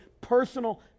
personal